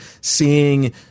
seeing